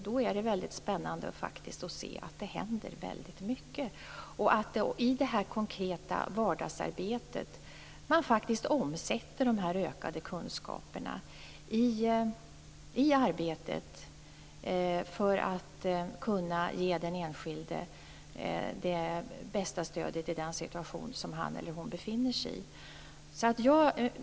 Då är det spännande att se att det faktiskt händer väldigt mycket och att man i det konkreta vardagsarbetet omsätter de ökade kunskaperna i arbetet för att kunna ge den enskilde det bästa stödet i den situation som han eller hon befinner sig i.